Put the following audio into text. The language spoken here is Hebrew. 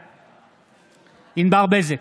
בעד ענבר בזק,